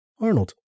Arnold